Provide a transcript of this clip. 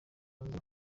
ngo